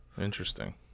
interesting